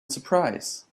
surprise